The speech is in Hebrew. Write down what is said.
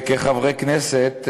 כחברי כנסת,